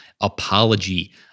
Apology